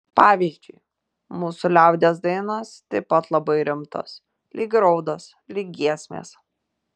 pavyzdžiui mūsų liaudies dainos taip pat labai rimtos lyg raudos lyg giesmės